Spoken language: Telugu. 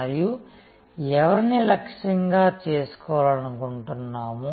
మరియు ఎవరిని లక్ష్యంగా చేసుకోవాలనుకుంటున్నాము